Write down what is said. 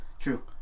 True